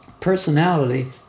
personality